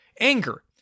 Anger